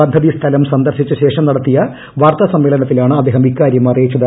പദ്ധതി സ്ഥലം സന്ദർശിച്ചശേഷം നടത്തിയ വാർത്താസമ്മേളനത്തിലാണ് അദ്ദേഹം ഇക്കാര്യം അറിയിച്ചത്